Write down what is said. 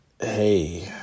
hey